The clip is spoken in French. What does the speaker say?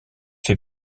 fait